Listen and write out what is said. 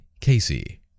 Casey